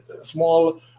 small